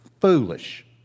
Foolish